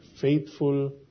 faithful